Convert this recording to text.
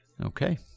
Okay